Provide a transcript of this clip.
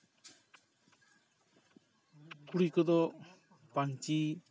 ᱠᱩᱲᱤ ᱠᱚᱫᱚ ᱯᱟᱹᱧᱪᱤ